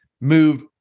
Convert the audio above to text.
move